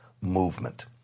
movement